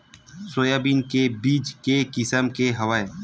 Soybean के बीज के किसम के हवय?